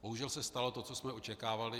Bohužel se stalo to, co jsme očekávali.